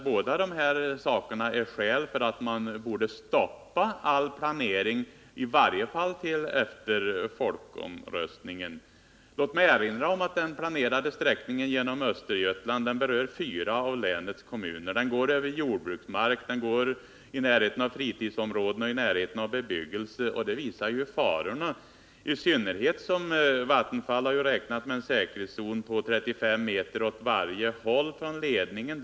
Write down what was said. Båda dessa saker är skäl för att stoppa all planering, i varje fall till efter folkomröstningen. Låt mig erinra om att den planerade sträckningen genom Östergötland berör fyra av länens kommuner. Den går över jordbruksmark, den går i närheten av fritidsområden och bebyggelse. Det visar farorna, i synnerhet som Vattenfall har räknat med en säkerhetszon på 35 m åt varje håll från ledningen.